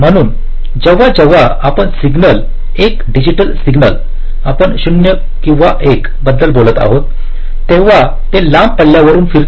म्हणून जेव्हा जेव्हा आपण सिग्नल एक डिजिटल सिग्नल आपण 0 1 बद्दल बोलत असतो तेव्हा ते लांब पल्ल्यावरून फिरते